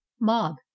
mob